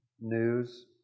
news